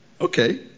okay